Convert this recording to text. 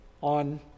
on